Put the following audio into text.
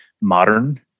modern